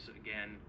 again